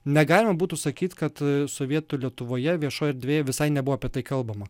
negalima būtų sakyt kad sovietų lietuvoje viešoje erdvėje visai nebuvo apie tai kalbama